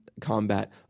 combat